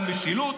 על משילות?